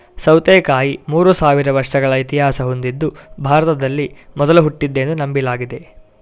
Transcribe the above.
ಸೌತೆಕಾಯಿ ಮೂರು ಸಾವಿರ ವರ್ಷಗಳ ಇತಿಹಾಸ ಹೊಂದಿದ್ದು ಭಾರತದಲ್ಲಿ ಮೊದಲು ಹುಟ್ಟಿದ್ದೆಂದು ನಂಬಲಾಗಿದೆ